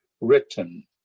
written